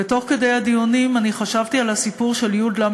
ותוך כדי הדיונים אני חשבתי על הסיפור של י.ל.